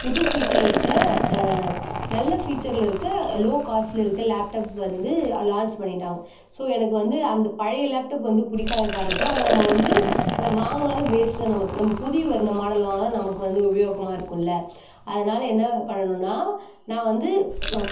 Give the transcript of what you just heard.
புது ஃபீச்சர்ல இருக்க நல்ல ஃபீச்சர்ல இருக்க லோ காஸ்ட்ல இருக்க லேப்டப் வந்து லான்ச் பண்ணிட்டாங்கள் ஸோ எனக்கு வந்து அந்த பழைய லேப்டப் வந்து பிடிக்காத காரணத்தனால அதை நம்ம வந்து அதை வாங்கினாலும் வேஸ்ட் தான் நமக்கு நம்ம புதிய வந்த மாடல்ல வாங்கினா தான் நமக்கு வந்து உபயோகமாக இருக்கும்ல அதனால் என்ன பண்ணணும்னால் நான் வந்து ம